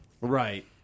Right